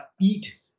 eat